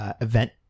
Event